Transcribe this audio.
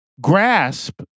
grasp